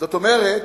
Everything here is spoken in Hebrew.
זאת אומרת,